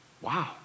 wow